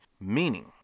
Meaning